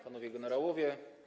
Panowie Generałowie!